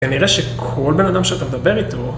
כנראה שכל בן אדם שאתה מדבר איתו...